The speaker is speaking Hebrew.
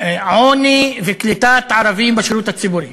עוני וקליטת ערבים בשירות הציבורי,